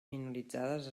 minoritzades